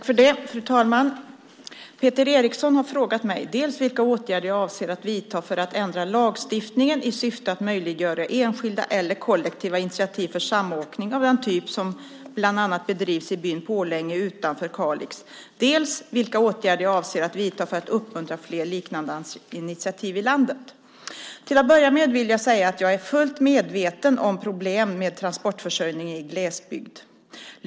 Fru talman! Peter Eriksson har frågat mig dels vilka åtgärder jag avser att vidta för att ändra lagstiftningen i syfte att möjliggöra enskilda eller kollektiva initiativ för samåkning av den typ som bland annat bedrivs i byn Pålänge utanför Kalix, dels vilka åtgärder jag avser att vidta för att uppmuntra fler liknande initiativ i landet. Till att börja med vill jag säga att jag är fullt medveten om problemen med transportförsörjningen i glesbygd.